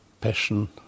passion